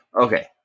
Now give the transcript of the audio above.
Okay